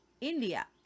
India